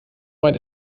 meint